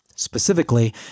Specifically